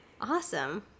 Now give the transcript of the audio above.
Awesome